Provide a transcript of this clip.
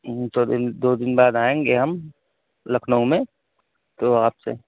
دو دن دو دن بعد آئیں گے ہم لکھنؤ میں تو آپ سے